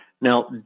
Now